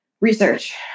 research